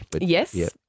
Yes